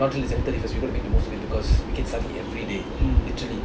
mm